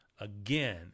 again